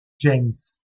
james